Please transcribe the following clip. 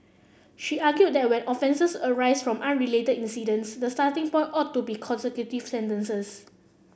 she argued that when offences arise from unrelated incidents the starting point ought to be consecutive sentences